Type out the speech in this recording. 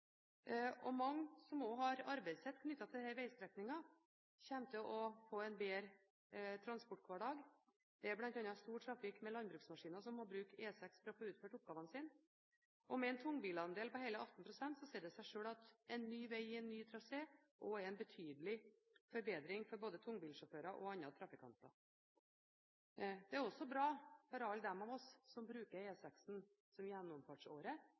gjennomgangstrafikk. Mange som har arbeidet sitt knyttet til denne vegstrekningen, kommer til å få en bedre transporthverdag. Det er bl.a. stor trafikk med landbruksmaskiner, og man må bruke E6 for å få utført oppgavene sine. Med en tungbilandel på hele 18 pst. sier det seg sjøl at ny veg i ny trasé er en betydelig forbedring for både tungbilsjåfører og andre trafikanter. Det er også bra for alle som bruker E6 som